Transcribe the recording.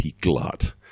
glut